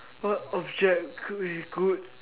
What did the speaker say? what object would be good